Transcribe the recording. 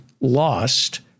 lost